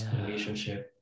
relationship